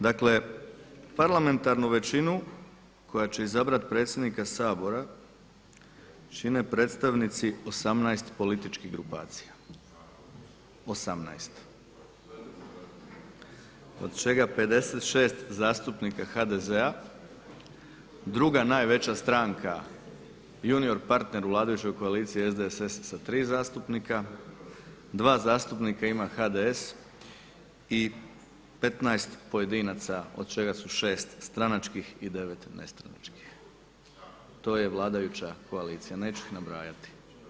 Dakle, parlamentarnu većinu koja će izabrati predsjednika Sabora čine predstavnici 18 političkih grupacija, 18 od čega 56 zastupnika HDZ-a, druga najveća stranka junior partner u vladajući koaliciji SDSS-a sa 3 zastupnika, 2 zastupnika ima HDS i 15 pojedinaca od čega su 6 stranačkih i 9 nestranačkih, to je vladajuća koalicija neću ih nabrajati.